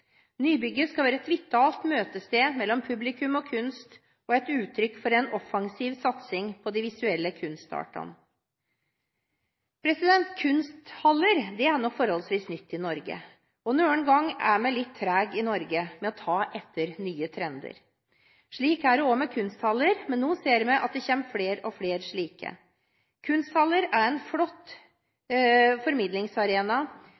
Nybygget skal være et vitalt møtested mellom publikum og kunst og et uttrykk for en offensiv satsing på de visuelle kunstartene. Kunsthaller er noe forholdsvis nytt i Norge. Noen ganger er vi litt trege i Norge med å ta etter nye trender. Slik er det også med kunsthaller, men nå ser vi at det kommer flere og flere slike. Kunsthaller er en